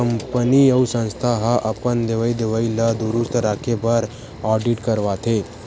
company अउ संस्था ह अपन लेवई देवई ल दुरूस्त राखे बर आडिट करवाथे